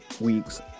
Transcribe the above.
week's